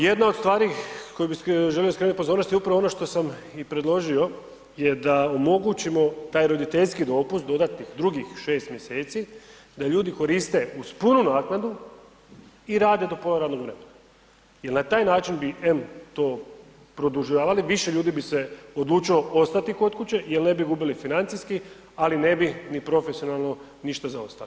Jedna od stvari koje bi želio skrenuti pozornost je upravo ono što sam i predložio je da omogućimo taj roditeljski dopust, dodatnih drugih 6 mjeseci da ljudi koriste uz punu naknadu i rade do pola radnog vremena, jer na taj način bi em to produžavali, više ljudi bi se odlučilo ostati kod kuće jer ne bi gubili financijski, ali ne bi ni profesionalno ništa zaostali.